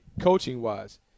coaching-wise